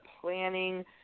planning